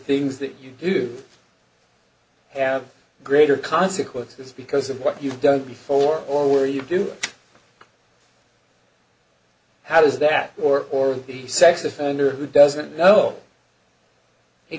things that you do have greater consequences because of what you've done before or were you do how does that or the sex offender who doesn't know he